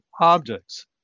objects